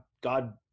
god